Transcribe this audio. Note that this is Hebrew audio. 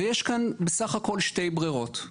יש כאן בסך הכל שתי ברירות.